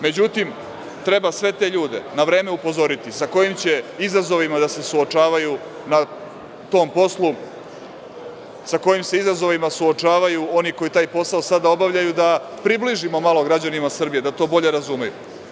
Međutim, treba sve te ljude na vreme upozoriti sa kojim će izazovima da se suočavaju na tom poslu, sa kojim se izazovima suočavaju oni koji taj posao sada obavljaju, da približimo malo građanima Srbije da to bolje razumeju.